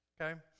okay